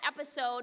episode